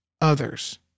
others